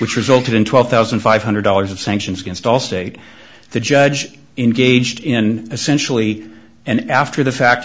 which resulted in twelve thousand five hundred dollars of sanctions against allstate the judge in gauged in essentially and after the fact